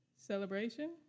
celebration